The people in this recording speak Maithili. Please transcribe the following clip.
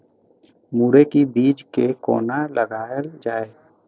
मुरे के बीज कै कोना लगायल जाय?